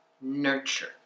nurture